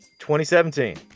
2017